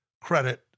credit